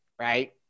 right